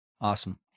Awesome